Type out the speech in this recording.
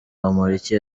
bamporiki